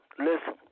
Listen